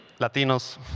Latinos